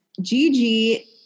Gigi